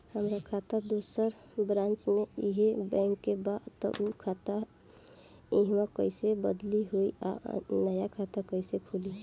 हमार खाता दोसर ब्रांच में इहे बैंक के बा त उ खाता इहवा कइसे बदली होई आ नया खाता कइसे खुली?